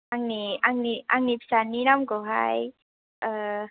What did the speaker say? आंनि आंनि आंनि फिसानि नामखौहाय